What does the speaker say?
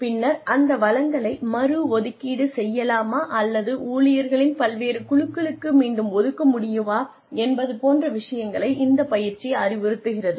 பின்னர் அந்த வளங்களை மறு ஒதுக்கீடு செய்யலாமா அல்லது ஊழியர்களின் பல்வேறு குழுக்களுக்கு மீண்டும் ஒதுக்க முடியுமா என்பது போன்ற விஷயங்களை இந்த பயிற்சி அறிவுறுத்துகிறது